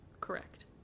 Correct